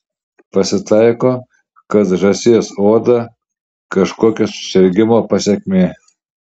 pasitaiko kad žąsies oda kažkokio susirgimo pasekmė